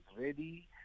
ready